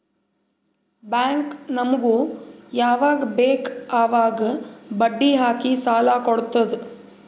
bank ನಮುಗ್ ಯವಾಗ್ ಬೇಕ್ ಅವಾಗ್ ಬಡ್ಡಿ ಹಾಕಿ ಸಾಲ ಕೊಡ್ತುದ್